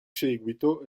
seguito